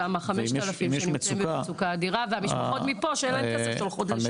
יש שם 5,000 שנמצאים במצוקה אדירה והמשפחות פה צריכות לשלוח להם כסף.